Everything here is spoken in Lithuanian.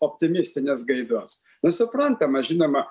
optimistinės gaidos nu suprantama žinoma